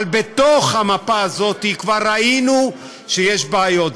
אבל בתוך המפה הזאת כבר ראינו שיש בעיות,